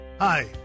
Hi